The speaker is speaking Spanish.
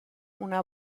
una